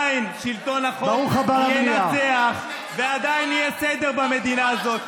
עדיין שלטון החוק ינצח ועדיין יהיה סדר במדינה הזאת,